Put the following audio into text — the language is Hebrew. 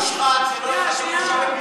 אדם מושחת זה לא אחד שהורשע בפלילים.